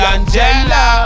Angela